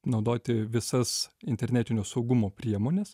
naudoti visas internetinio saugumo priemones